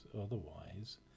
otherwise